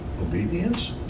Obedience